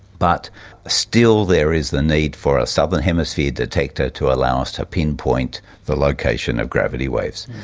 but still there is the need for a southern hemisphere detector to allow us to pinpoint the location of gravity waves.